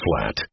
flat